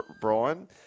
Brian